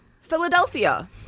Philadelphia